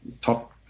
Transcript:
top